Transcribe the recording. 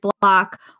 block